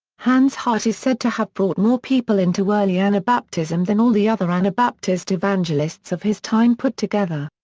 hans hut is said to have brought more people into early anabaptism than all the other anabaptist evangelists of his time put together.